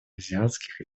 азиатских